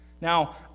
Now